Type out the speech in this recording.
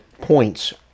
points